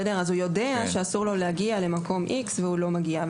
אז הוא יודע שאסור לו להגיע למקום איקס והוא לא מגיע,